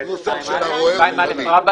את הנוסח של הרועה רוחני.